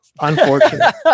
Unfortunate